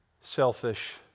selfish